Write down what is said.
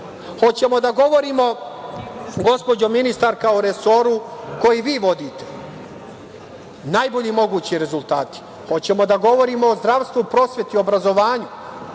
li da govorimo, gospođo ministarka, o resoru koji vi vodite? Najbolji mogući rezultati. Hoćemo li da govorimo o zdravstvu, prosveti, obrazovanju?